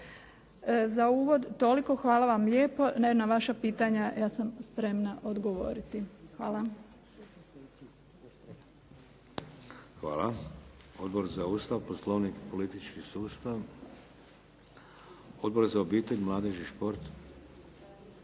Za uvod toliko, hvala vam lijepo. Na vaša pitanja, ja sam spremna odgovoriti. Hvala. **Šeks, Vladimir (HDZ)** Hvala. Odbor za Ustav, Poslovnik i politički sustav? Odbor za obitelj, mladež i šport?